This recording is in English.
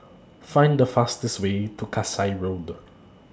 Find The fastest Way to Kasai Road